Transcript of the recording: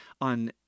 on